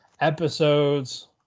episodes